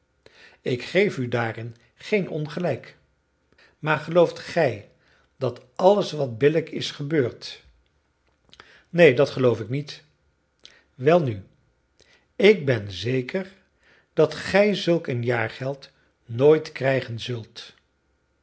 ik ik geef u daarin geen ongelijk maar gelooft gij dat alles wat billijk is gebeurt neen dat geloof ik niet welnu ik ben zeker dat gij zulk een jaargeld nooit krijgen zult